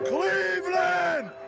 Cleveland